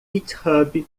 github